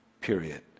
Period